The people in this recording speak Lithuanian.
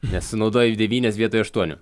nes naudoju devynias vietoj aštuonių